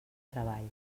treball